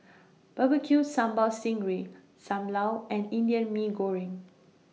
Barbecue Sambal Sting Ray SAM Lau and Indian Mee Goreng